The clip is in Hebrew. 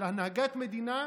של הנהגת מדינה,